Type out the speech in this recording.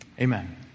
Amen